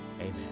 Amen